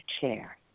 chair